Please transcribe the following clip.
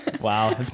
Wow